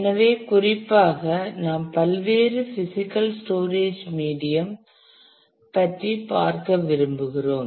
எனவே குறிப்பாக நாம் பல்வேறு பிசிக்கல் ஸ்டோரேஜ் மீடியம் பற்றி பார்க்க விரும்புகிறோம்